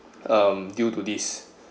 um due to this